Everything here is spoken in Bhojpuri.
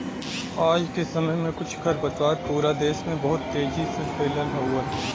आज के समय में कुछ खरपतवार पूरा देस में बहुत तेजी से फइलत हउवन